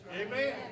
Amen